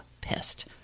pissed